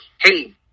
hey